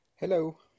Hello